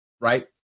right